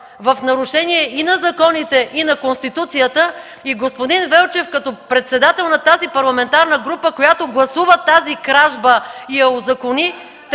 в нарушение и на законите, и на Конституцията, и господин Велчев като председател на тази парламентарна група, която гласува тази кражба и я узакони,